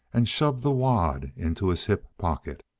and shoved the wad into his hip pocket.